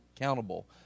accountable